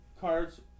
cards